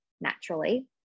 naturally